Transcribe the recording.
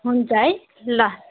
हुन्छ है ल